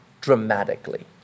dramatically